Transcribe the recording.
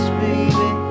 baby